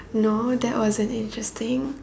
no that wasn't interesting